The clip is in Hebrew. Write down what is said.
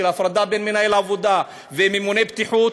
של הפרדה בין מנהל עבודה וממונה בטיחות.